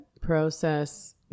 process